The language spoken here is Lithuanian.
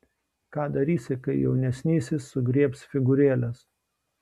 ką darysi kai jaunesnysis sugriebs figūrėles